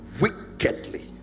wickedly